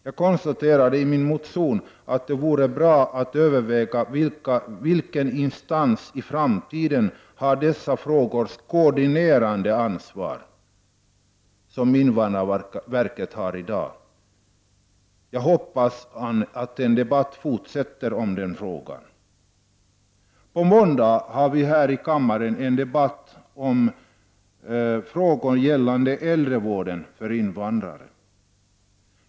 Jag konstaterade i min motion att det vore bra att överväga vilken instans som i framtiden skall ha ansvaret för koordineringen av dessa frågor, det ansvar som i dag ligger på invandrarverket. Jag hoppas att debatten i denna fråga fortsätter. På måndag har vi här i kammaren en interpellationsdebatt om frågor gällande äldrevården för invandrare.